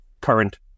current